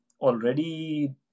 already